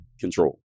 control